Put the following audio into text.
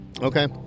okay